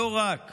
President